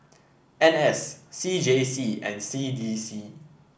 N S C J C and C D C